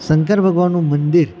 શંકર ભગવાનનું મંદિર